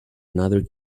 another